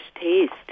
taste